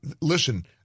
listen –